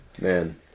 man